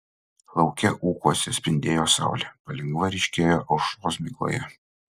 lauke ūkuose spindėjo saulė palengva ryškėjo aušros migloje